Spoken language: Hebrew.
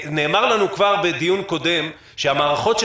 נאמר לנו כבר בדיון קודם שהמערכות של